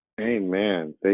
Amen